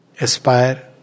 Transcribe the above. aspire